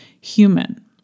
human